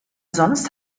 sonst